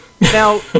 Now